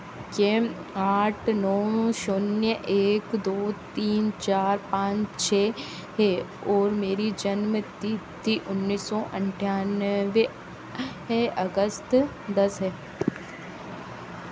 ए C K आठ नौ शून्य एक दो तीन चार पाँच छः है और मेरी जन्म तिथि उन्नीस सौ अठ्ठानवे है अगस्त दस है